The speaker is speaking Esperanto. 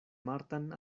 martan